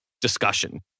discussion